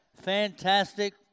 fantastic